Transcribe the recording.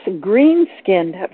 green-skinned